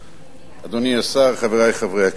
אדוני השר, חברי חברי הכנסת,